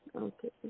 Okay